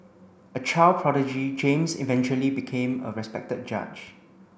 a child prodigy James eventually became a respected judge